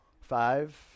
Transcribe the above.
Five